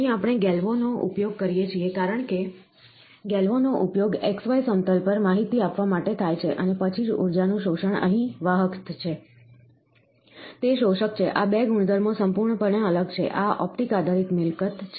અહીં આપણે ગેલ્વો નો ઉપયોગ કરીએ છીએ કારણ કે ગેલ્વોનો ઉપયોગ xy સમતલ પર માહિતી આપવા માટે થાય છે અને પછી જ ઊર્જા નું શોષણ અહીં વાહક છે તે શોષક છે આ 2 ગુણધર્મો સંપૂર્ણપણે અલગ છે આ ઓપ્ટિક આધારિત મિલકત છે